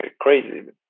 crazy